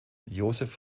josef